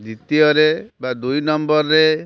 ଦ୍ୱିତୀୟରେ ବା ଦୁଇ ନମ୍ବର୍ରେ